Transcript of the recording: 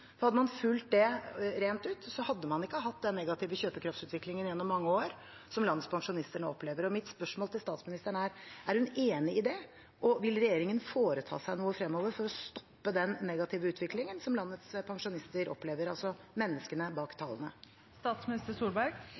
Hadde man fulgt det rent ut, hadde man ikke hatt den negative kjøpekraftsutviklingen gjennom mange år som landets pensjonister nå opplever. Mitt spørsmål til statsministeren er: Er hun enig i det, og vil regjeringen foreta seg noe fremover for å stoppe den negative utviklingen som landets pensjonister opplever, altså menneskene bak tallene?